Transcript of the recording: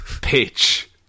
pitch